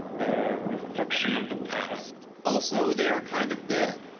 they're a reflection of the past. also, they're kind of dead.